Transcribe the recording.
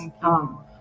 come